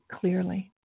clearly